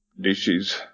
dishes